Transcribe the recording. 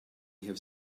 have